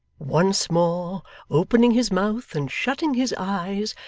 once more opening his mouth and shutting his eyes,